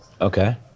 Okay